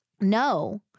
No